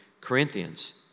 Corinthians